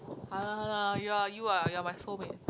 !han nah! !han nah! you ah you ah you're my soulmate